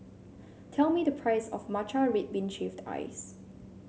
tell me the price of Matcha Red Bean Shaved Ice